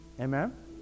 Amen